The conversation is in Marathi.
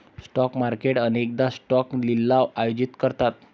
स्टॉक मार्केट अनेकदा स्टॉक लिलाव आयोजित करतात